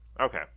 Okay